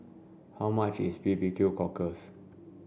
how much is B B Q cockle